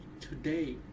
today